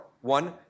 one